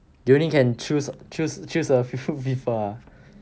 you only can choose choose choose a few people ah